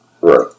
Right